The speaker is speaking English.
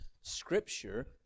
Scripture